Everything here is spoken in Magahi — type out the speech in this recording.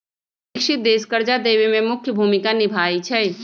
विकसित देश कर्जा देवे में मुख्य भूमिका निभाई छई